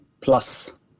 plus